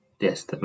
Yes